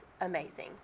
amazing